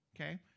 okay